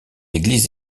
église